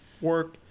work